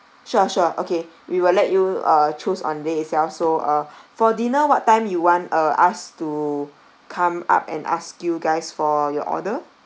sure sure okay we will let you uh choose on the day itself so uh for dinner what time you want uh us to come up and ask you guys for your order